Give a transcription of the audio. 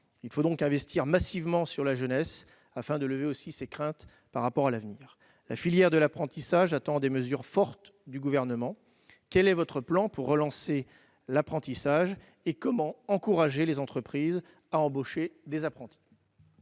Il faut donc investir massivement dans la jeunesse afin de répondre à ses craintes quant à l'avenir. La filière de l'apprentissage attend des mesures fortes du Gouvernement. Quel est votre plan pour relancer l'apprentissage et comment encourager les entreprises à embaucher des apprentis ?